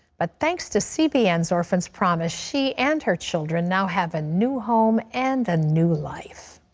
but thanks to cbn's orphans' promise, she and her children now have a new home and a new life.